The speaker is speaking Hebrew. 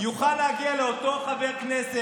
שיהיה ברור מה אתם עושים.